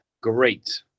Great